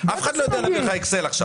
אף אחד לא יודע לתת לך אקסל .